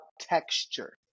texture